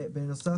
בנוסף,